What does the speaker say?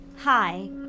Hi